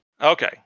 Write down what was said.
Okay